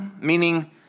meaning